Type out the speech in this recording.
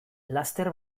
laster